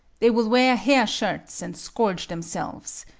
they will wear hair shirts and scourge themselves.